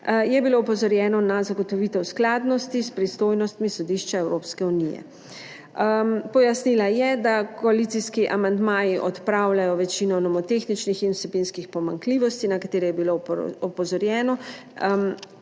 je bilo opozorjeno na zagotovitev skladnosti s pristojnostmi Sodišča Evropske unije. Pojasnila je, da koalicijski amandmaji odpravljajo večino nomotehničnih in vsebinskih pomanjkljivosti, na katere je bilo opozorjeno.